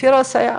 אופירה אסייג,